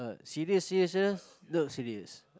ah serious serious not serious